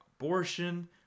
abortion